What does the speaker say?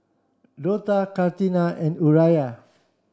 Dortha Katrina and Uriah